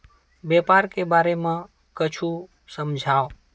व्यापार के बारे म कुछु समझाव?